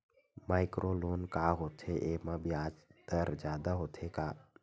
Micro loan का होथे येमा ब्याज दर जादा होथे का?